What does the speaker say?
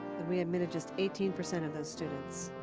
and we admitted just eighteen percent of those students.